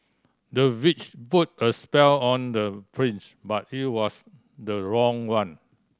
the witch put a spell on the prince but it was the wrong one